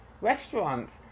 restaurants